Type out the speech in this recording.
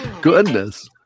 Goodness